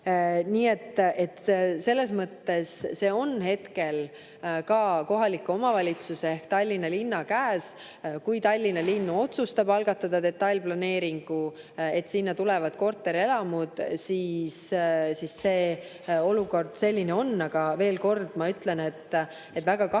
Nii et [otsus] on kohaliku omavalitsuse ehk Tallinna linna käes. Kui Tallinna linn otsustab algatada detailplaneeringu, et sinna tulevad korterelamud, siis see olukord selline on. Aga veel kord ma ütlen, et on väga